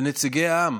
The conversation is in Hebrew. של נציגי העם,